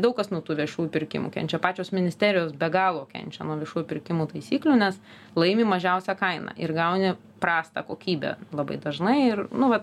daug kas nuo tų viešųjų pirkimų kenčia pačios ministerijos be galo kenčia nuo viešųjų pirkimų taisyklių nes laimi mažiausia kaina ir gauni prastą kokybę labai dažnai ir nu vat